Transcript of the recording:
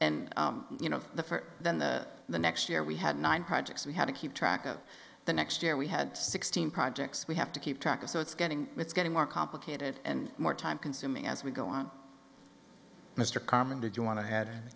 and you know the first then the the next year we had nine projects we had to keep track of the next year we had sixteen projects we have to keep track of so it's getting it's getting more complicated and more time consuming as we go on mr carmen did you want to head